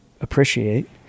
appreciate